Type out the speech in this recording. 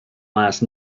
last